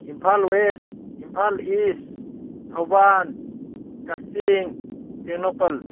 Imphal west Imphal east ꯊꯧꯕꯥꯟ ꯀꯛꯆꯤꯡ ꯇꯦꯡꯅꯧꯄꯜ